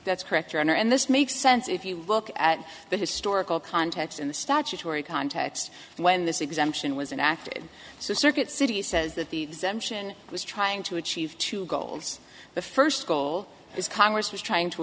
that's correct your honor and this makes sense if you look at the historical context in the statutory context when this exemption was in acted so circuit city says that the exemption was trying to achieve two goals the first goal this congress was trying to